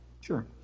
Sure